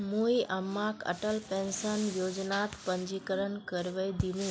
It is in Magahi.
मुई अम्माक अटल पेंशन योजनात पंजीकरण करवइ दिमु